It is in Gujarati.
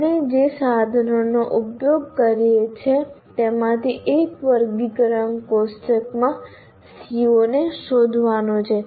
આપણે જે સાધનોનો ઉપયોગ કરીએ છીએ તેમાંથી એક વર્ગીકરણ કોષ્ટકમાં CO ને શોધવાનું છે